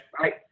right